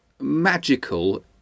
magical